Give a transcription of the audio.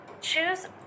Choose